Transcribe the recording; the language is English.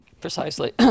precisely